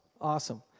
awesome